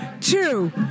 two